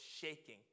shaking